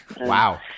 Wow